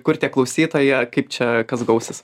kur tie klausytoja kaip čia kas gausis